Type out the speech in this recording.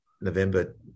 November